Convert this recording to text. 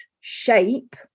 shape